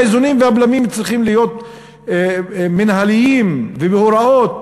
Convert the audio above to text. האיזונים והבלמים צריכים להיות מינהליים ובהוראות.